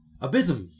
Abysm